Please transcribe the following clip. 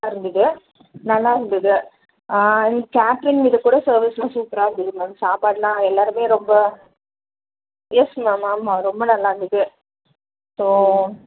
இருந்தது நல்லா இருந்தது கேட்ரிங் இது கூட சர்வீஸெலாம் சூப்பராக இருந்தது மேம் சாப்பாடெலாம் எல்லாேருமே ரொம்ப எஸ் மேம் ஆமாம் ரொம்ப நல்லா இருந்தது ஸோ